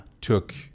took